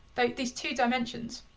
these two dimensions,